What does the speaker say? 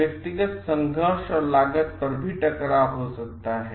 व्यक्तित्व संघर्ष और लागत पर भी टकराव हो सकता है